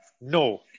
No